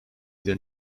than